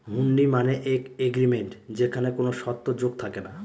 হুন্ডি মানে এক এগ্রিমেন্ট যেখানে কোনো শর্ত যোগ থাকে না